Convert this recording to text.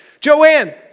Joanne